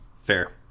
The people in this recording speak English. Fair